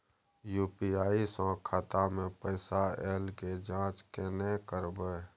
UPI स खाता मे पैसा ऐल के जाँच केने करबै?